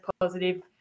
positive